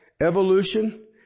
evolution